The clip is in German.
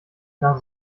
nach